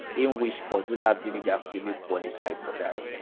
in which kurdula village actually qualifies for that.